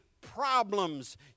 problems